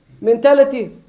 mentality